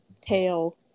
tail